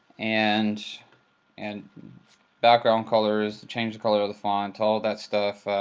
and and background colors, change the color of the font, all that stuff,